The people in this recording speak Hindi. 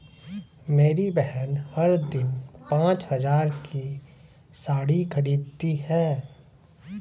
मेरी बहन हर दिन पांच हज़ार की साड़ी खरीदती है